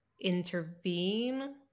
intervene